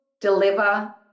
deliver